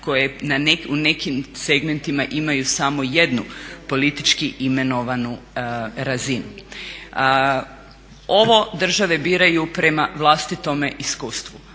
koje u nekim segmentima imaju samo jednu politički imenovanu razinu. Ovo države biraju prema vlastitome iskustvu.